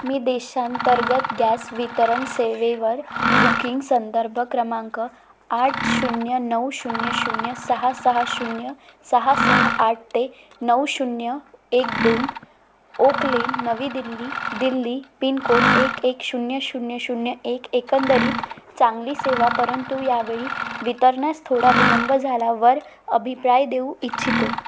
मी देशांतर्गत गॅस वितरण सेवेवर बुकिंग संदर्भ क्रमांक आठ शून्य नऊ शून्य शून्य सहा सहा शून्य सहा सहा आठ ते नऊ शून्य एक दोन ओक लेन नवी दिल्ली दिल्ली पिनकोड एक एक शून्य शून्य शून्य एक एकंदरीत चांगली सेवा परंतु यावेळी वितरणास थोडा विलंब झाला वर अभिप्राय देऊ इच्छितो